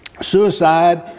Suicide